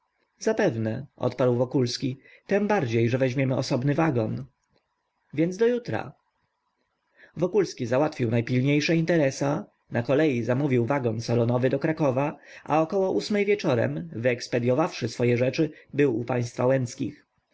zapewne odparł wokulski tembardziej że weźmiemy osobny wagon więc do jutra wokulski załatwił najpilniejsze interesa na kolei zamówił wagon salonowy do krakowa a około ósmej wieczorem wyekspedyowawszy swoje rzeczy był u państwa łęckich